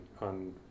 on